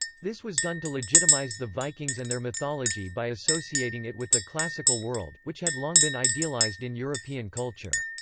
this was done to legitimise the vikings and their mythology by associating it with the classical world, which had long been idealised in european culture.